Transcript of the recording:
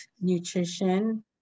nutrition